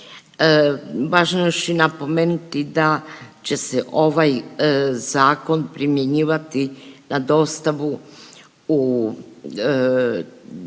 Važno je još i napomenuti da će se ovaj zakon primjenjivati na dostavu pismena